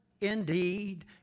Indeed